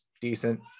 decent